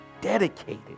dedicated